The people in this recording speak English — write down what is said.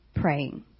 praying